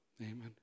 Amen